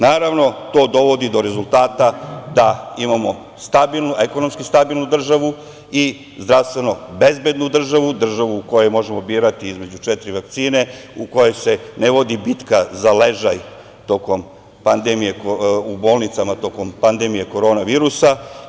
Naravno, to dovodi do rezultata da imamo ekonomski stabilnu državu i zdravstveno bezbednu državu, državu u kojoj možemo birati između četiri vakcine, u kojoj se ne vodi bitka za ležaj u bolnicama tokom pandemije korona virusa.